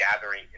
gathering